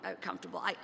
comfortable